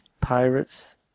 pirates